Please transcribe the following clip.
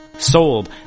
sold